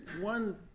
one